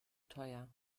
teuer